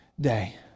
day